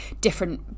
different